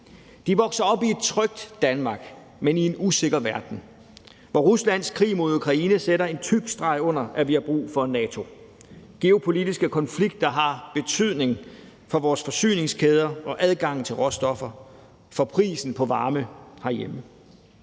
De vokser op i et trygt Danmark, men i en usikker verden, hvor Ruslands krig mod Ukraine sætter en tyk streg under, at vi har brug for NATO. Geopolitiske konflikter har betydning for vores forsyningskæder og adgangen til råstoffer og for prisen for varmen herhjemme.